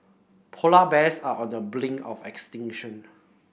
polar bears are on the of extinction